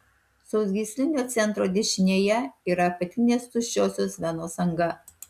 sausgyslinio centro dešinėje yra apatinės tuščiosios venos anga